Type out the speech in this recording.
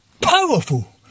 powerful